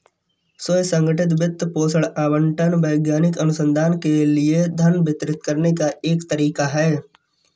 स्व संगठित वित्त पोषण आवंटन वैज्ञानिक अनुसंधान के लिए धन वितरित करने का एक तरीका हैं